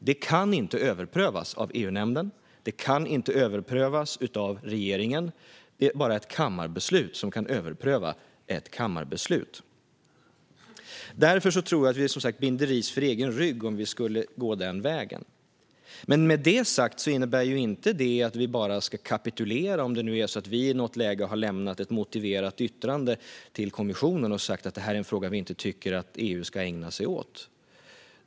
Det kan inte överprövas av EU-nämnden och inte av regeringen, utan det är bara kammaren som kan överpröva ett kammarbeslut. Jag tror därför att vi binder ris åt egen rygg om vi skulle gå den vägen. Med detta sagt innebär inte detta att vi bara ska kapitulera om det nu är så att vi i något läge har lämnat ett motiverat yttrande till kommissionen och sagt att det är en fråga som vi inte tycker att EU ska ägna sig åt.